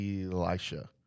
Elisha